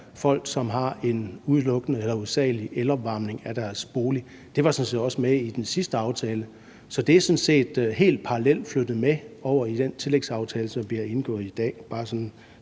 folk, som udelukkende eller hovedsagelig har elopvarmning af deres bolig, for det var sådan set også med i den sidste aftale. Så det er sådan set helt parallelt flyttet med over i den tillægsaftale, som vi har indgået i dag.